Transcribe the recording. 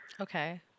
Okay